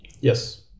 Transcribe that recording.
Yes